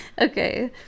Okay